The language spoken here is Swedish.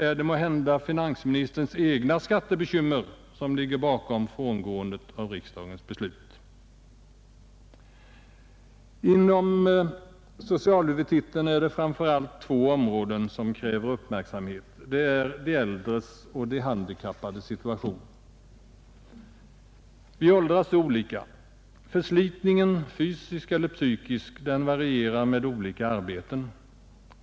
Är det måhända finansministerns egna skattebekymmer som ligger bakom frångåendet av riksdagens beslut? På socialhuvudtitelns område är det framför allt två avsnitt som kräver uppmärksamhet. Det är de äldres och de handikappades situation. Vi åldras så olika. Förslitningen, psykiskt och fysiskt, varierar med olika arbeten.